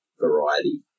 variety